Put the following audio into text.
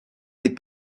des